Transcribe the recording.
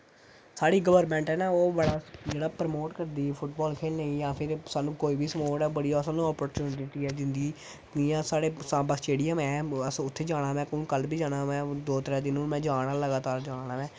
साढ़ी गौरमैंट ऐ ना ओह् बड़ा जेह्ड़ा प्रमोट करदी फुट बाल खेलने ई जां फिर सानू कोई बी स्पोर्ट ऐ बड़ियां सानू अप्परचुन्टियां दिंदी जियां साढ़े सांबा स्टेडियम ऐ बस उत्थें जाना में कल बी जाना में दो त्रै दिन हून मैं जा ना में लगातार जा ना में